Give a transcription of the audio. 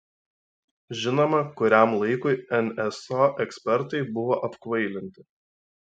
žinoma kuriam laikui nso ekspertai buvo apkvailinti